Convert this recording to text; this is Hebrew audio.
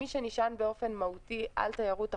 מי שנשען באופן מהותי על תיירות החוץ,